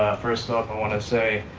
first off i want to say,